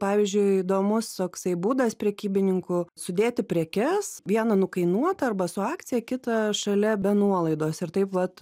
pavyzdžiui įdomus toksai būdas prekybininkų sudėti prekes vieną nukainuotą arba su akcija kitą šalia be nuolaidos ir taip vat